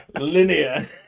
Linear